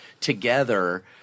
together